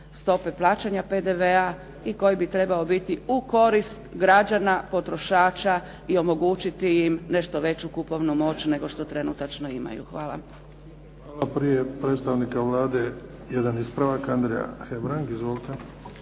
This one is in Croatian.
stope plaćanja PDV-a i koji bi trebao biti u korist građana potrošača i omogućiti im nešto veću kupovnu moć nego što trenutačno imaju. Hvala. **Bebić, Luka (HDZ)** Hvala. Prije predstavnika Vlade jedan ispravak. Andrija Hebrang. Izvolite.